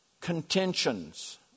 Contentions